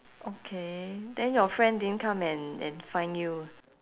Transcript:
okay then your friend didn't come and and find you